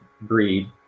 breed